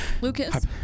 Lucas